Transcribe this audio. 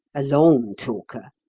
a long talker,